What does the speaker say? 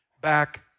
back